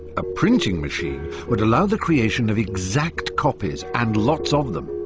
a printing machine would allow the creation of exact copies, and lots of them.